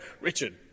Richard